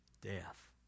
death